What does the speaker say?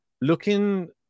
looking